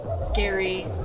scary